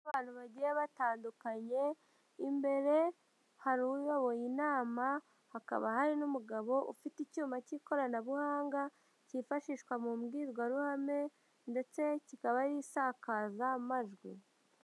Abantu bagiye batandukanye imbere hari uyoboye inama, hakaba hari n'umugabo ufite icyuma cy'ikoranabuhanga cyifashishwa mu mbwirwaruhame ndetse kikaba ari insakazamajwi.